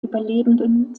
überlebenden